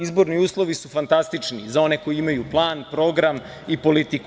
Izborni uslovi su fantastični za one koji imaju plan, program i politiku.